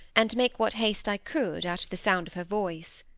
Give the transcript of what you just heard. and make what haste i could out of the sound of her voice.